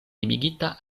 limigita